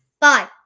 Bye